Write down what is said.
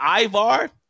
Ivar